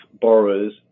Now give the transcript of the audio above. borrowers